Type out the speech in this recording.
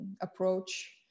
approach